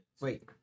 Wait